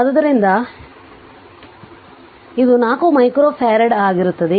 ಆದ್ದರಿಂದ ಇದು 4 ಮೈಕ್ರೋಫರಡ್ ಆಗಿರುತ್ತದೆ